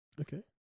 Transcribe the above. Okay